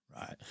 right